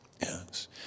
Yes